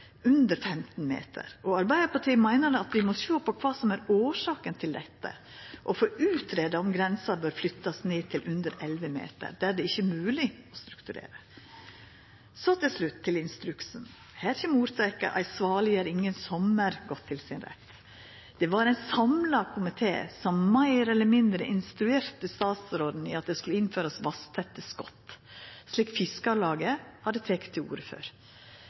under 15 meter. Arbeidarpartiet meiner at vi må sjå på kva som er årsaka til dette, og få greidd ut om grensa bør flyttast ned til under 11 meter, der det ikkje er mogleg å strukturera. Til slutt til instruksen. Her kjem ordtaket «Ei svale gjer ingen sommar» godt til sin rett. Det var ein samla komité som meir eller mindre instruerte statsråden i at det skulle innførast vasstette skot, slik Fiskarlaget hadde teke til orde for,